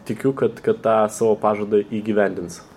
tikiu kad kad tą savo pažadą įgyvendins